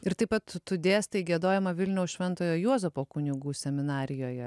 ir taip pat tu dėstai giedojimą vilniaus šventojo juozapo kunigų seminarijoje